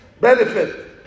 benefit